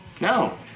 No